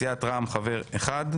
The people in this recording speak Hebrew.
סיעת רע"מ, חבר אחד.